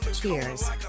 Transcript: Cheers